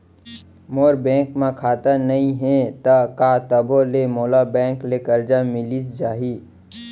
मोर bank म खाता नई हे त का तभो ले मोला बैंक ले करजा मिलिस जाही?